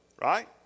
right